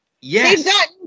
Yes